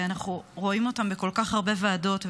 ואנחנו רואים אותן בכל כך הרבה ועדות.